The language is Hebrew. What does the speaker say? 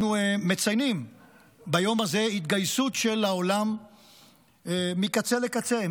אנחנו מציינים ביום הזה התגייסות של העולם מקצה לקצה,